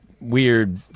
weird